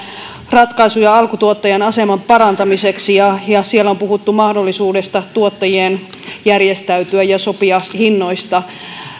ratkaisuja alkutuottajan aseman parantamiseksi ja ja siellä on puhuttu mahdollisuudesta tuottajien järjestäytyä ja sopia hinnoista